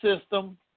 system